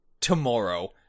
tomorrow